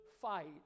fight